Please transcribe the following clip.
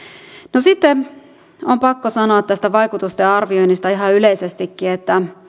no sitten on pakko sanoa tästä vaikutusten arvioinnista ihan yleisestikin